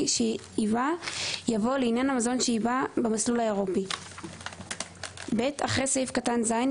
שייבא" יבוא "לעניין המזון שייבא במסלול האירופי"; אחרי סעיף קטן (ז),